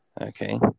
Okay